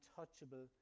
untouchable